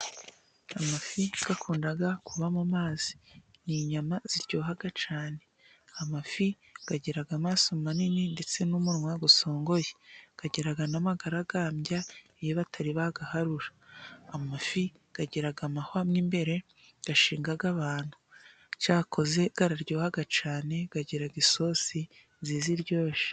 Amafi akunda kuba mu mazi, ni inyama ziryoha cyane amafi agira amaso manini ndetse n'umunwa usongoye, agira n'amagaragamba iyo batari bayaharura, amafi agira amahwa mwo imbere ashinga abantu, cyakora araryoha cyane agira isos nziza iryoshye.